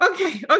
okay